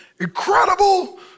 Incredible